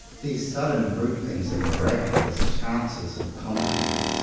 these sudden group ings and miraculous chances of contact,